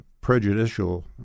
prejudicial